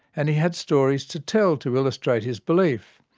and he had stories to tell to illustrate his belief.